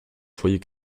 foyer